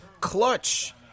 clutch